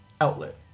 outlet